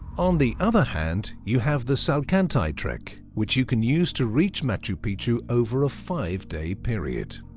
on the other hand, you have the salkantay trek, which you can use to reach machu picchu over a five day period.